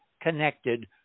connected